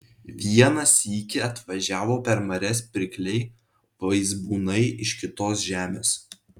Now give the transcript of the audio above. vieną sykį atvažiavo per marias pirkliai vaizbūnai iš kitos žemės